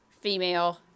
female